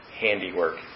handiwork